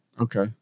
Okay